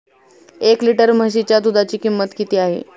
एक लिटर म्हशीच्या दुधाची किंमत किती आहे?